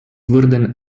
wurden